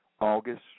August